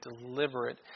deliberate